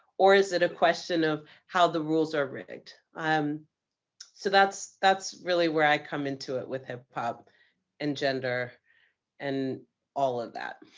or is it a question of how the rules are rigged? um so that's that's really where i come into it with hip-hop and gender and all of that.